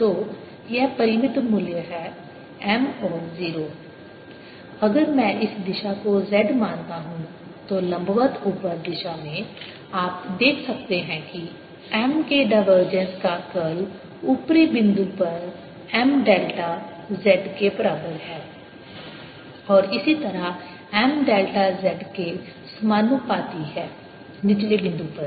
तो यह परिमित मूल्य है M और 0 अगर मैं इस दिशा को z मानता हूँ तो लंबवत ऊपर दिशा में आप देख सकते हैं कि M के डायवर्जेंस का कर्ल ऊपरी बिंदु पर M डेल्टा z के बराबर है और इसी तरह M dela z के समानुपाती है निचले बिंदु पर